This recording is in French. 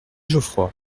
geoffroy